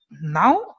Now